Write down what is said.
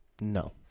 No